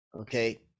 okay